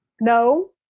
No